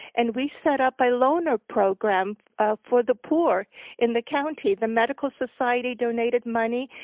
and we set up a loaner program for the poor in the county the medical society donated money.